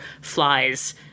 flies